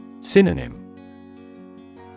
Synonym